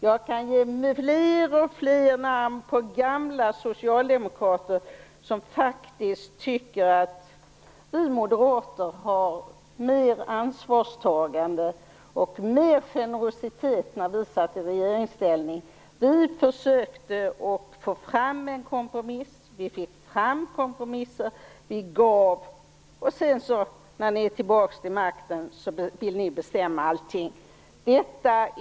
Jag kan ge många fler namn på gamla socialdemokrater som faktiskt tycker att vi moderater visade mer ansvarstagande och större generositet när vi satt i regeringsställning. Vi gav och fick fram kompromisser, men när ni är tillbaka vid makten vill ni bestämma allting.